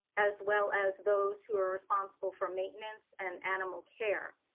as well as those who are responsible for maintenance and animal care.